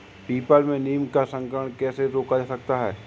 People में नीम का संकरण कैसे रोका जा सकता है?